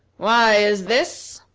why is this?